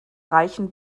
reichen